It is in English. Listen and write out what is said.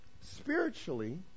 spiritually